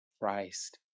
Christ